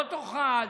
לא תאכל,